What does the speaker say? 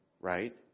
right